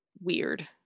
weird